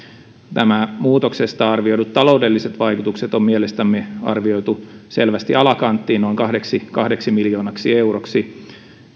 muutoksesta arvioidut taloudelliset vaikutukset on mielestämme arvioitu selvästi alakanttiin noin kahdeksi miljoonaksi euroksi